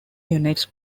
units